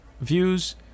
views